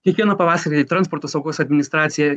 kiekvieną pavasarį transporto saugos administracija